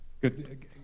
Good